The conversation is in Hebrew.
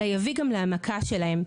אלא יביא גם להעמקה שלהם,